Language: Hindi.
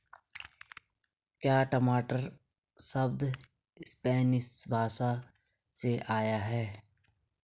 क्या टमाटर शब्द स्पैनिश भाषा से आया है?